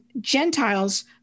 Gentiles